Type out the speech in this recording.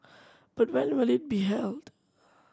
but when will it be held